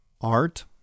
art